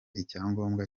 icyangombwa